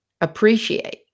appreciate